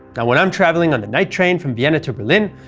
when i am travelling on the night train from vienna to berlin